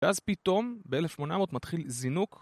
ואז פתאום ב-1800 מתחיל זינוק